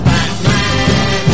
Batman